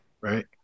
Right